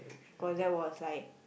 cause that was like